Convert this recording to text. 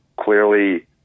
clearly